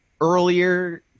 earlier